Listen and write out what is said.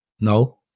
No